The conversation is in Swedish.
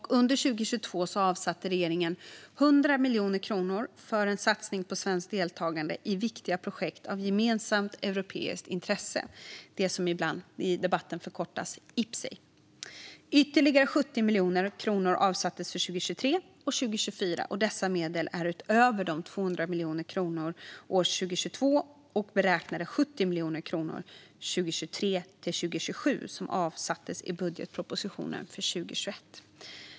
Under 2022 avsatte regeringen 100 miljoner kronor för en satsning på svenskt deltagande i viktiga projekt av gemensamt europeiskt intresse, som ibland i debatterna förkortas IPCEI. Ytterligare 70 miljoner kronor avsattes för 2023 och 2024. Dessa medel är utöver de 200 miljoner kronor för år 2022 och de beräknade 70 miljoner kronor för 2023-2027 som avsattes i budgetpropositionen för 2021.